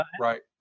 right